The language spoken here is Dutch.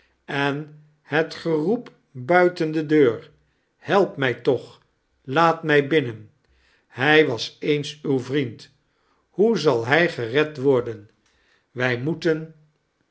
en het geroep buiten de deur help mij tooh laat mij binnen hij was eens uw vriend hoe zal hij gered worden wij moeten